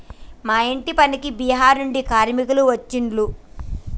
మా ఇంటి పనికి బీహార్ నుండి కార్మికులు వచ్చిన్లు